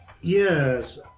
Yes